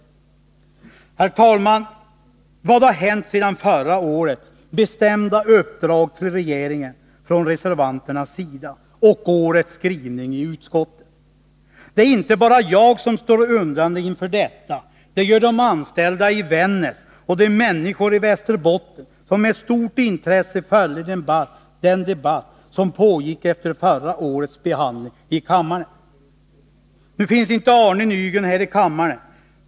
Herr talman! Vad har hänt mellan förra årets bestämda uppdrag till regeringen från reservanternas sida och årets skrivning i utskottet? Det är inte bara jag som står undrande inför detta — det gör de anställda i Vännäs och de människor i Västerbotten som med stort intresse följde den debatt som fördes efter förra årets behandling i kammaren. Nu är inte Arne Nygren närvarande här i kammaren.